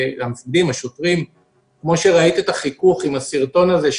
כפי שראית את החיכוך בסרטון הזה,